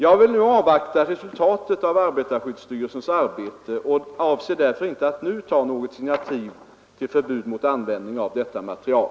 Jag vill avvakta resultatet av arbetarskyddsstyrelsens arbete och avser därför inte att nu ta något initiativ till förbud mot användning av detta material.